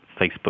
Facebook